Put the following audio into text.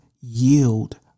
Yield